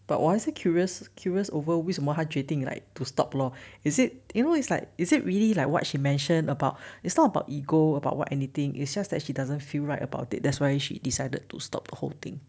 but 我还是 curious curious over 为什么他决定 like to stop lor is it you know it's like is it really like what she mention about it's not about ego about what anything it's just that she doesn't feel right about it that's why she decided to stop holding